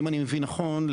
אם אני מבין נכון,